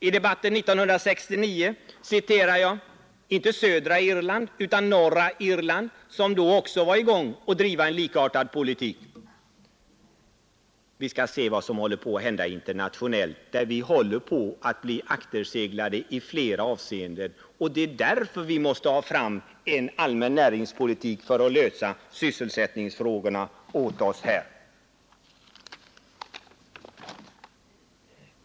I debatten 1969 citerade jag inte södra Irland men väl norra Irland, som då var i gång och drev en likartad politik. Vi måste ta hänsyn till vad som händer internationellt, där vi håller på att bli akterseglade i flera avseenden. Det är därför vi måste få fram en allmän näringspolitik för att säkra den fulla sysselsättningen åt oss.